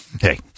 Hey